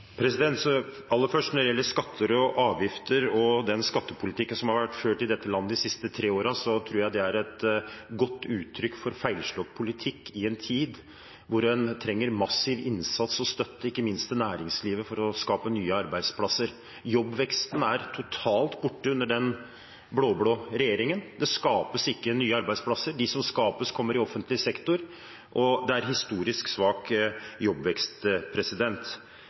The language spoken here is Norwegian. Aller først: Når det gjelder skatter og avgifter og den skattepolitikken som har vært ført i dette landet de siste tre årene, tror jeg det er et godt uttrykk for feilslått politikk i en tid hvor en trenger massiv innsats og støtte, ikke minst til næringslivet, for å skape nye arbeidsplasser. Jobbveksten er totalt borte under den blå-blå regjeringen. Det skapes nesten ikke nye arbeidsplasser – de som skapes, kommer i offentlig sektor. Det er en historisk svak jobbvekst.